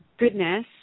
goodness